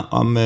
om